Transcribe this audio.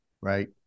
right